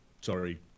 sorry